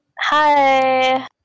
Hi